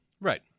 Right